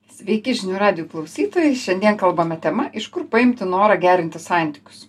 sveiki žinių radijo klausytojai šiandien kalbame tema iš kur paimti norą gerinti santykius